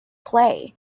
play